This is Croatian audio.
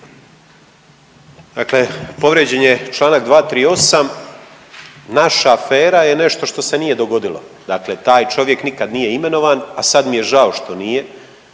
Dakle, povrijeđen je članak 238. naša afera je nešto što se nije dogodilo. Dakle, taj čovjek nikad nije imenovan, a sad mi je žao što nije.